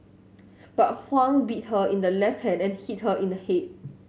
but Huang bit her in the left hand and hit her in the head